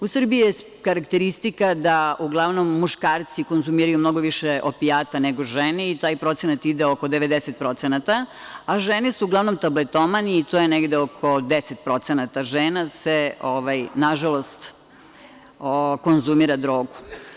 U Srbiji je karakteristika da uglavnom juškarci konzumiraju mnogo više opijata nego žene i taj procenat ide oko 90%, a žene su uglavnom tabletomani i to je negde oko 10% žena koje konzumiraju drogu.